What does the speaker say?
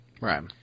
Right